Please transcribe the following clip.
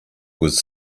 was